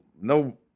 no